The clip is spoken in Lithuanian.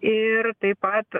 ir taip pat